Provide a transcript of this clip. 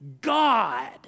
God